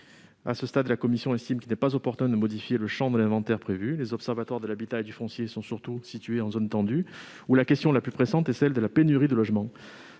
À ce stade, la commission estime qu'il n'est pas opportun de modifier l'étendue de l'inventaire prévu. Les observatoires de l'habitat et du foncier sont surtout situés en zone tendue où la question la plus pressante est celle de la pénurie de logements.